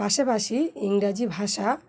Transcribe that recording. পাশাপাশি ইংরেজি ভাষা